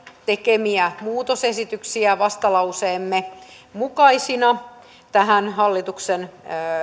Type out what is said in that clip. tekemiä muutosesityksiä vastalauseemme mukaisina tähän hallituksen